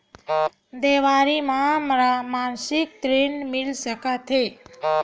देवारी म मासिक ऋण मिल सकत हे?